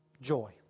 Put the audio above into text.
joy